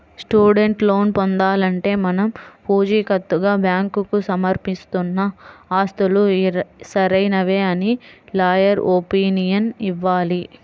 student loan పొందాలంటే మనం పుచీకత్తుగా బ్యాంకుకు సమర్పిస్తున్న ఆస్తులు సరైనవే అని లాయర్ ఒపీనియన్ ఇవ్వాలి